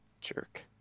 Jerk